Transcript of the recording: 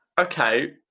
Okay